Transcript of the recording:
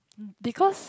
because